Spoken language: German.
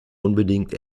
unbedingt